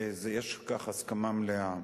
ויש על כך הסכמה מלאה.